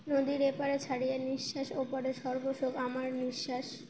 নদীর এপারে ছাড়িয়া নিশ্বাস ওপারেতে সর্বসুখ আমার বিশ্বাস